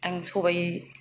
आं सबाय